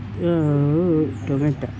tomato